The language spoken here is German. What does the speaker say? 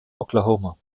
oklahoma